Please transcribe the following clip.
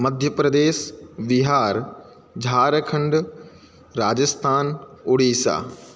मध्यप्रदेशः बिहारः झारखण्डः राजस्थानम् ओडिसा